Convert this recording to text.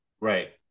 Right